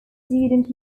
student